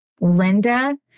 Linda